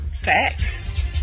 facts